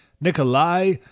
Nikolai